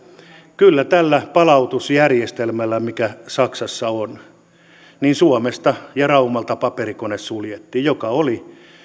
kyllä tällä palautusjärjestelmällä mikä saksassa on suomesta ja raumalta paperikone suljettiin se oli